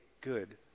good